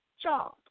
job